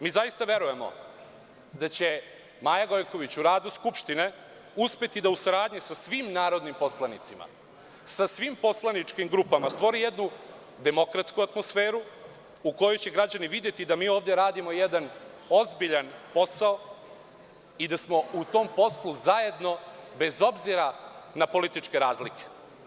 Mi zaista verujemo da će Maja Gojković u radu Skupštine uspeti da u saradnji sa svim narodnim poslanicima, sa svim poslaničkim grupama, stvori jednu demokratsku atmosferu u kojoj će građani videti da mi ovde radimo jedan ozbiljan posao i da smo u tom poslu zajedno, bez obzira na političke razlike.